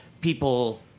people